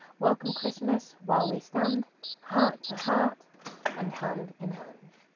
welcome christmas while we stand heart to heart and hand in hand.